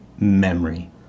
memory